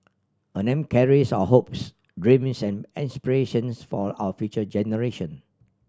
a name carries our hopes dreams and aspirations for our future generation